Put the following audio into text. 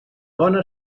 bona